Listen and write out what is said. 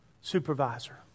supervisor